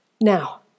Now